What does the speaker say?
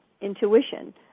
intuition